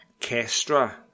Kestra